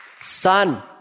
Son